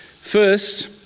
First